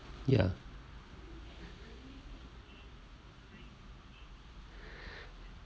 ya